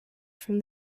from